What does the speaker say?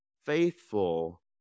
faithful